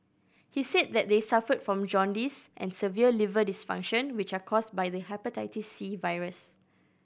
he said that they suffered from jaundice and severe liver dysfunction which are caused by the hepatitis virus